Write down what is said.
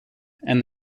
and